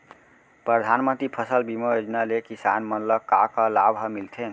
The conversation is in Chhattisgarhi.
परधानमंतरी फसल बीमा योजना ले किसान मन ला का का लाभ ह मिलथे?